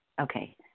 okay